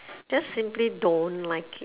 just simply don't like it